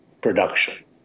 production